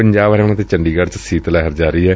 ਪੰਜਾਬ ਹਰਿਆਣਾ ਅਤੇ ਚੰਡੀਗੜ੍ ਚ ਸੀਤ ਲਹਿਰ ਜਾਰੀ ਏ